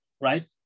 right